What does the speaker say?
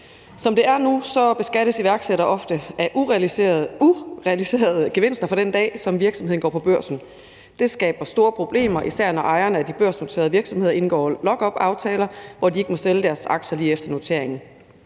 Som det er nu, beskattes iværksættere ofte af urealiserede gevinster, fra den dag virksomheden går på børsen. Det skaber store problemer, især når ejerne af de børsnoterede virksomheder indgår lockupaftaler, som betyder, de ikke må sælge deres aktier lige efter noteringen.